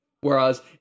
Whereas